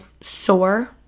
sore